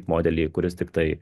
modelį kuris tik tai